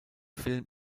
film